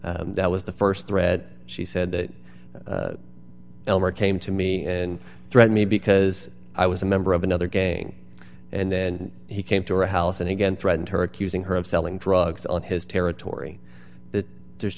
and that was the st threat she said that elmer came to me and threaten me because i was a member of another gang and then he came to our house and again threatened her accusing her of selling drugs on his territory that there's